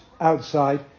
outside